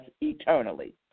eternally